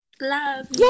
Love